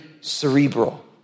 cerebral